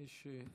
יש את